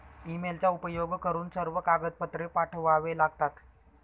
ईमेलचा उपयोग करून सर्व कागदपत्रे पाठवावे लागतात